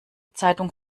zeitung